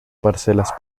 parcelas